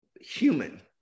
human